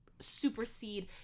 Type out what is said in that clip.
supersede